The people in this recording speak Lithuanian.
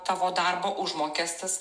tavo darbo užmokestis